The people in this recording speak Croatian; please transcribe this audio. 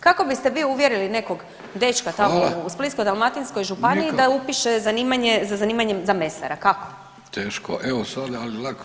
Kako biste vi uvjerili nekog dečka [[Upadica: Hvala]] tamo u Splitsko-dalmatinskoj županiji [[Upadica: Nikako]] da upiše zanimanje, za zanimanje za mesara, kako?